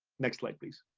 next slide please.